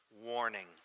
warning